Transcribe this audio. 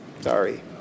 Sorry